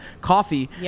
coffee